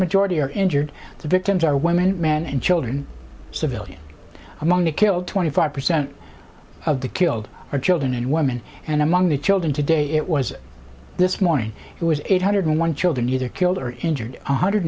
majority are injured the victims are women and children civilians among the killed twenty five percent of the killed are children and women and among the children today it was this morning it was eight hundred one children either killed or injured